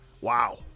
Wow